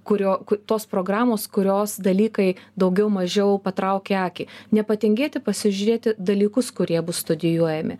kurio tos programos kurios dalykai daugiau mažiau patraukia akį nepatingėti pasižiūrėti dalykus kurie bus studijuojami